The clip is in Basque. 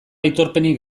aitorpenik